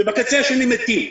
ובקצה השני מתים.